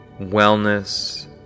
wellness